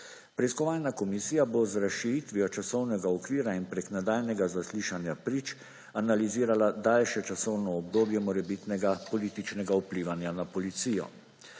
Preiskovalna komisija bo z razširitvijo časovnega okvira in prek nadaljnjega zaslišanja prič analizirala daljše časovno obdobje morebitnega političnega vplivanja na policijo.